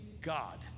God